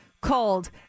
called